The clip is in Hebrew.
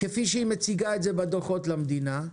כפי שהיא מציגה בדוחות למדינה,